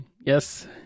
yes